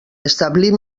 establir